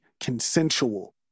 consensual